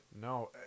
No